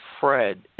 Fred